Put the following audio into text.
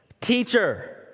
Teacher